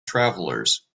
travellers